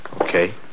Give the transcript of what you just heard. Okay